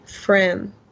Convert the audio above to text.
friend